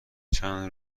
چند